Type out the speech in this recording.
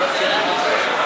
לא,